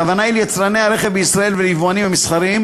הכוונה היא ליצרני הרכב בישראל וליבואנים המסחריים